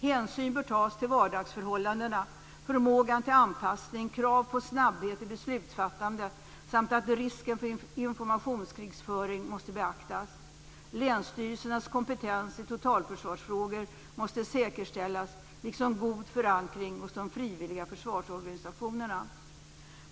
Hänsyn bör tas till vardagsförhållandena, förmågan till anpassning och kravet på snabbhet i beslutsfattandet. Dessutom bör risken för informationskrigföring beaktas. Länsstyrelsernas kompetens i totalförsvarsfrågor måste säkerställas, liksom god förankring hos de frivilliga försvarsorganisationerna.